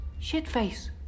Shitface